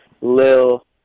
Lil